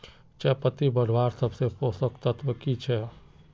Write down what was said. चयपत्ति बढ़वार सबसे पोषक तत्व की छे?